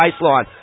baseline